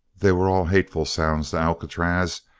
they were all hateful sounds to alcatraz,